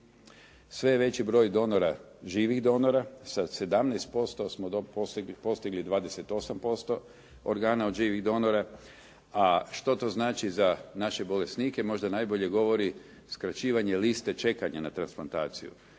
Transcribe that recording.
je veći broj donora, živih donora. Sa 17% smo postigli 28% organa od živih donora. A što to znači za naše bolesnike, možda najbolje govori skraćivanje liste čekanja na transplantaciju.